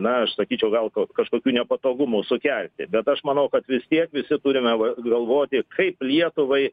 na aš sakyčiau gal ko kažkokių nepatogumų sukelti bet aš manau kad vis tiek visi turime va galvoti kaip lietuvai